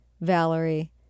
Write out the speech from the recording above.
Valerie